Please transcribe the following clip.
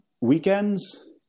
weekends